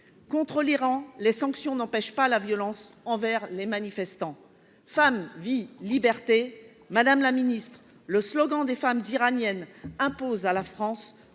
Contre l'Iran, les sanctions n'empêchent pas la violence envers les manifestants. « Femme, Vie, Liberté »: madame la ministre, le slogan des femmes iraniennes impose à la France